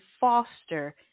foster